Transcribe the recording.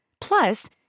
Plus